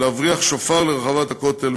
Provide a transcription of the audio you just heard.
להבריח שופר לרחבת הכותל,